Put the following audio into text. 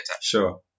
Sure